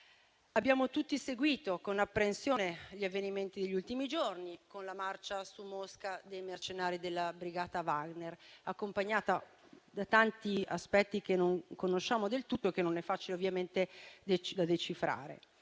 abbiamo tutti seguito con apprensione gli avvenimenti degli ultimi giorni con la marcia su Mosca dei mercenari della brigata Wagner, accompagnata da tanti aspetti che non conosciamo del tutto e che non è facile ovviamente decifrare.